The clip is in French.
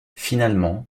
finalement